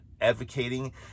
advocating